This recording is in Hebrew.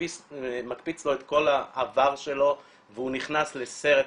מקפיץ לו את כל העבר שלו והוא נכנס לסרט,